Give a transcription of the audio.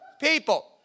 people